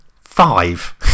five